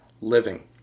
living